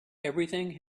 everything